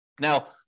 Now